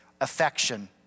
affection